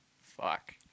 fuck